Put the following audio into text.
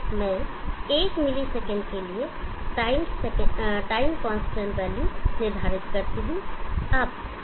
इसलिए मैं एक मिलीसेकंड के लिए टाइम कांस्टेंट वैल्यू निर्धारित कर रहा हूं